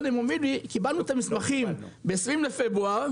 הם אמרו לי: קיבלנו את המסמכים ב-20 בפברואר